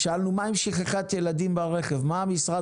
שאלנו מה עם שכחת ילדים ברכב מה המשרד